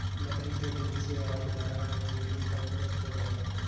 बकरी के दूध से अधमरा व्यक्ति भी तंदुरुस्त हो जाएगा